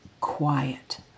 quiet